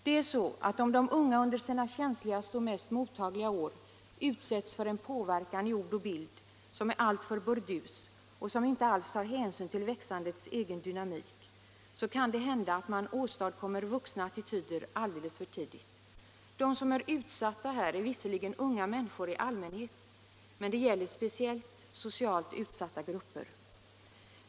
Det är så, att om de unga under sina känsligaste och mest mottagliga år utsätts för en påverkan i ord och bild som är alltför burdus och som inte alls tar hänsyn till växandets egen dynamik, så kan det hända att man åstadkommer vuxna attityder alldeles för tidigt. De som är utsatta här är visserligen unga människor i allmänhet, men det gäller speciellt socialt utsatta grupper.